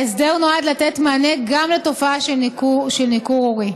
ההסדר נועד לתת מענה גם לתופעה של ניכור הורי.